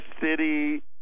city